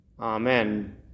Amen